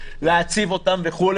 להציב וכו',